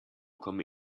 come